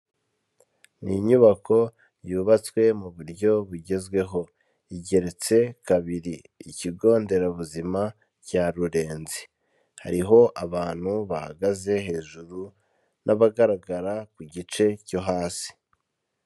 Ni inyubako yubatswe mu buryo bugezweho igeretse kabiri, Ikigo nderabuzima cya Rurenzi hariho abantu bahagaze hejuru n'abagaragara ku gice cyo hasi.